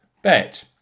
Bet